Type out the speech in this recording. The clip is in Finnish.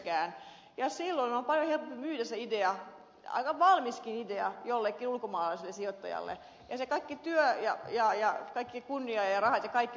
silloin on paljon helpompi myydä se idea aika valmiskin idea jollekin ulkomaalaiselle sijoittajalle ja se kaikki työ ja kaikki kunnia ja rahat menevät sitten lopulta jonnekin muualle